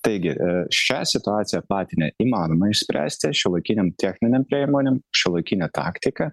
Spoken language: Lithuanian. taigi šią situaciją patinę įmanoma išspręsti šiuolaikinėm techninėm priemonėm šiuolaikine taktika